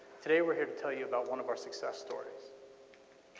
today we're here to tell you about one of our success stories